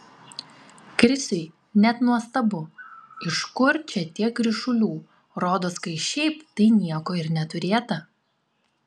krisiui net nuostabu iš kur čia tiek ryšulių rodos kai šiaip tai nieko ir neturėta